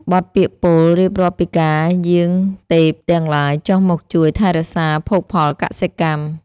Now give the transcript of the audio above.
បទពាក្យពោលរៀបរាប់ពីការយាងទេពទាំងឡាយ ចុះមកជួយថែរក្សាភោគផលកសិកម្ម។